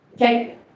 Okay